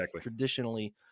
traditionally